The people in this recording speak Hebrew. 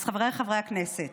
אז חבריי חברי הכנסת,